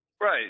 Right